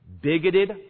bigoted